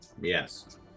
yes